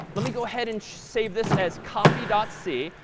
let me go ahead and save this as copy dot c.